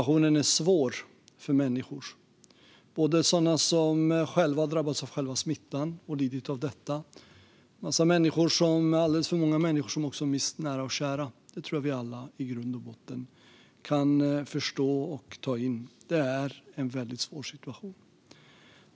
Att det är en svår situation för dem som har drabbats och lider av smittan och för de alltför många som har mist nära och kära förstår vi alla.